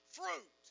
fruit